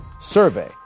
survey